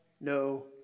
no